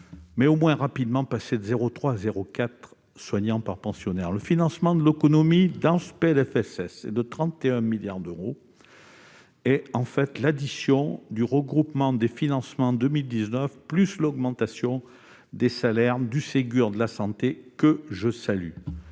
mais au moins rapidement passer de 0,3 ETP à 0,4 ETP. Le financement de l'économie dans le texte est de 31 milliards d'euros. Il est en fait l'addition du regroupement des financements de 2019 et de l'augmentation des salaires du Ségur de la santé, que je salue.